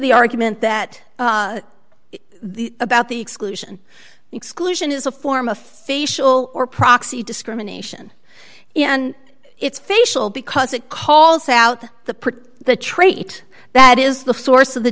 the argument that the about the exclusion exclusion is a form of facial or proxy discrimination and it's facial because it calls out the part the trait that is the source of the